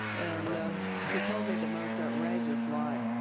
and he told me the most outrageous lie.